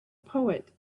poet